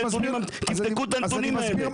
תבדקו את הנתונים האלה.